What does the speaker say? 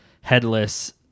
headless